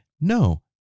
No